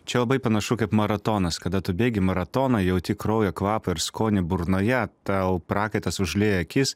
čia labai panašu kaip maratonas kada tu bėgi maratoną jauti kraujo kvapą ir skonį burnoje tau prakaitas užlieja akis